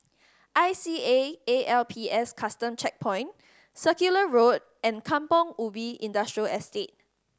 I C A A L P S Custom Checkpoint Circular Road and Kampong Ubi Industrial Estate